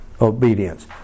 obedience